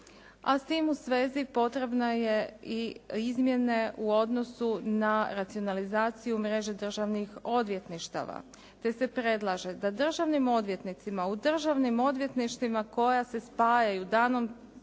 a s time u svezi potrebno je izmjene u odnosu na racionalizaciju mreže državnih odvjetništava. Te se predlaže da državnim odvjetnicima u državnim odvjetništvima koja se spajaju danom